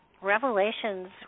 Revelations